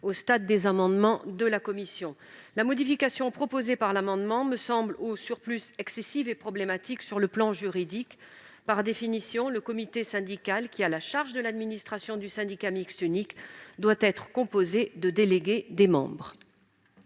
a été rejeté en commission. La modification proposée me semble au surplus excessive et problématique sur le plan juridique. Par définition, le comité syndical, qui a la charge de l'administration du syndicat mixte unique, doit être composé de délégués des membres.